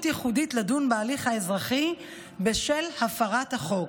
ייחודית לדון בהליך האזרחי בשל הפרת החוק,